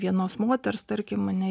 vienos moters tarkim ane